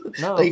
No